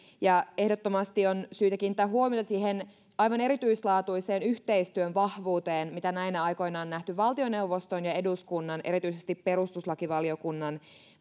ja ehdottomasti on syytä kiinnittää huomiota siihen aivan erityislaatuiseen yhteistyön vahvuuteen mitä näinä aikoina on nähty valtioneuvoston ja eduskunnan erityisesti perustuslakivaliokunnan